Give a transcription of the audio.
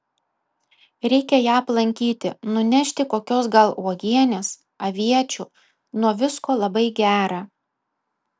reikia ją aplankyti nunešti kokios gal uogienės aviečių nuo visko labai gera